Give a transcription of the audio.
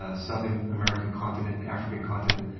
ah south and american continent, african continent.